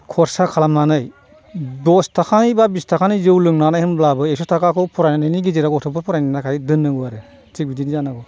खरसा खालामनानै दस थाखानि एबा बिस थाखानि जौ लोंनानै होमब्लाबो एकस' थाखाखौ फरायनायनि गेजेराव गथ'फोर फरायनायनि थाखाय दोननांगौ आरो थिख बिदिनो जानांगौ